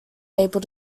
able